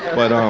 but um